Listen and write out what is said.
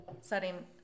setting